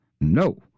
No